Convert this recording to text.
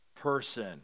person